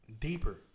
Deeper